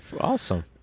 awesome